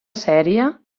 sèrie